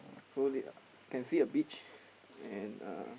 so they can see a beach and uh